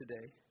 today